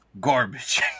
Garbage